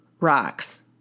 rocks